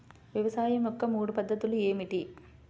వ్యవసాయం యొక్క మూడు పద్ధతులు ఏమిటి?